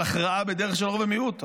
על הכרעה בדרך של רוב ומיעוט,